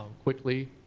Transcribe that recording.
quickly,